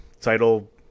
title